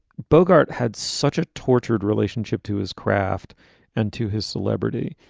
bogart had such a tortured relationship to his craft and to his celebrity.